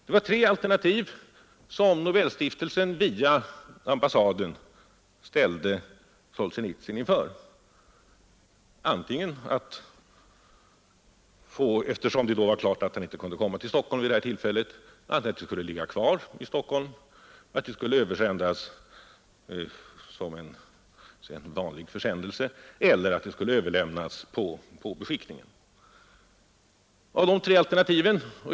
Det var tre alternativ som Nobelstiftelsen via ambassaden ställde Solsjenitsyn inför, eftersom det då var klart att han inte kunde komma till Stockholm vid det här tillfället: att priset skulle ligga kvar i Stockholm, att det skulle översändas som så att säga en vanlig försändelse eller att det skulle överlämnas på beskickningen.